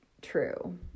true